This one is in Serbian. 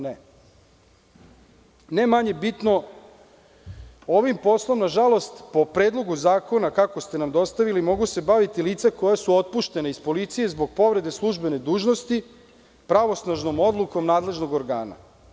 Ne manje bitno, ovim poslom po Predlogu zakona, kako ste nam dostavili, mogu se baviti lica koja su otpuštena iz policije zbog povrede službene dužnosti pravosnažnom odlukom nadležnog organa.